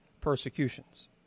persecutions